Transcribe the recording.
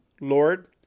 Lord